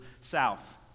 south